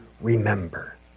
remember